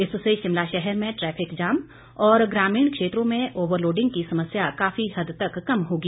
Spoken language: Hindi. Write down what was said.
इससे शिमला शहर में ट्रैफिक जाम और ग्रामीण क्षेत्रों में ओवरलोडिंग की समस्या काफी हद तक कम होगी